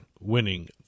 winning